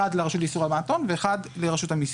אחד לרשות לאיסור הלבנת הון ואחד לרשות המיסים.